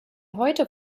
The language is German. heute